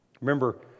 Remember